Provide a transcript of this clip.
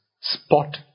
Spot